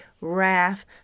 wrath